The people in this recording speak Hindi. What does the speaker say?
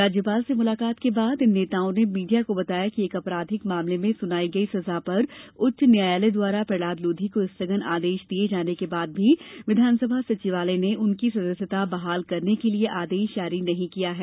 राज्यपाल से मुलाकात के बाद इन नेताओं ने मीडिया को बताया कि एक आपराधिक मामले में सुनाई गई सजा पर उच्च न्यायालय द्वारा प्रहलाद लोधी को स्थगन आदेश दिये जाने के बाद भी विधानसभा सचिवालय ने उनकी सदस्यता बहाल करने के लिये आदेश जारी नहीं किया गया है